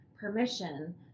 permission